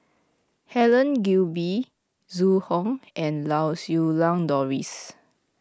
Helen Gilbey Zhu Hong and Lau Siew Lang Doris